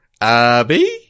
Abby